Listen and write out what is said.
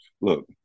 look